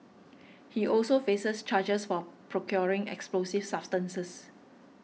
he also faces charges for procuring explosive substances